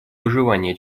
выживания